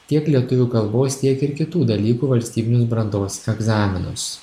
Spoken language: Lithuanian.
tiek lietuvių kalbos tiek ir kitų dalykų valstybinius brandos egzaminus